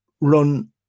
run